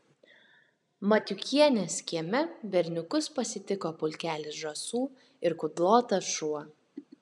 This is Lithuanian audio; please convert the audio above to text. matiukienės kieme berniukus pasitiko pulkelis žąsų ir kudlotas šuo